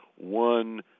one